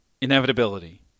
inevitability